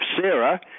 Sarah